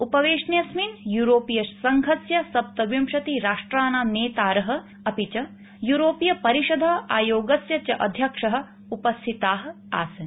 उपवेशनेऽस्मिन् युरोपीयसंघस्य सप्तविंशतिराष्ट्राणाम् नेतार अपि च यूरोपीयपरिषद अयोगस्य च अध्यक्ष उपस्थिता आसन्